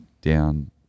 down